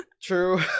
True